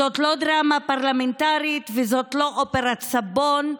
זאת לא דרמה פרלמנטרית וזאת לא אופרת סבון,